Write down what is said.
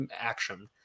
action